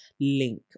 link